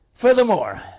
Furthermore